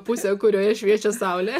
pusę kurioje šviečia saulė